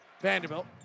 Vanderbilt